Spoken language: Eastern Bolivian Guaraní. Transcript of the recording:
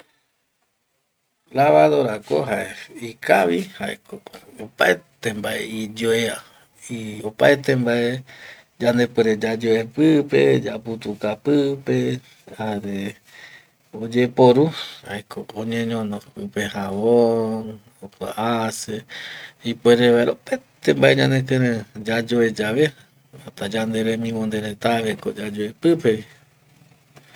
Lavadorako jae ikavi jaeko opaete mbae iyoea, opaete mbae yande puere yoyoe pipe, yaputuka pipe jare oyeporu jaeko oñeñono pipe javon jokua hace ipuere vaera opaete mbae ñanekirei yayoe yave hasta yandereminde retaaveko yayoe pipe